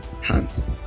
hands